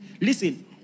Listen